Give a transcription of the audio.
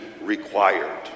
Required